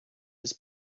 his